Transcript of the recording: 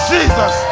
Jesus